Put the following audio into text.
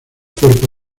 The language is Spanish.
cuerpo